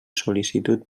sol·licitud